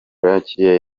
bakiriye